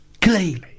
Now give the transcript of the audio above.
clay